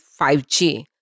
5G